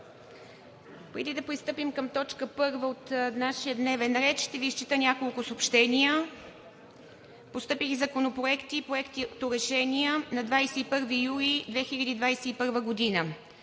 Преди да пристъпим към точка първа от нашия дневен ред, ще Ви изчета няколко съобщения. Постъпили законопроекти и проекторешения на 21 юли 2021 г.: